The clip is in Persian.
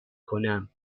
کنم